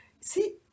See